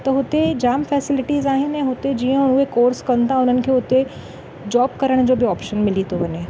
त हुते जाम फैसिलिटीस आहिनि ऐं हुते जीअं उहे कोर्स कनि था हुननि खे हुते जॉब करण जो बि ऑपशन मिली थो वञे